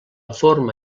forma